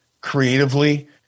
creatively